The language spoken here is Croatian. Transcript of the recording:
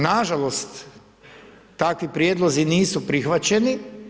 Nažalost, takvi prijedlozi nisu prihvaćeni.